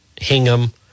Hingham